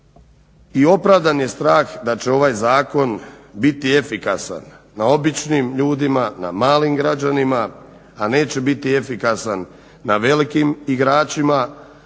I opravdan je strah da će ovaj zakon biti efikasan na običnim ljudima, na malim građanima a neće biti efikasan na velikim igračima